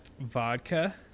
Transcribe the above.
Vodka